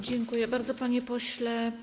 Dziękuję bardzo, panie pośle.